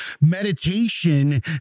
meditation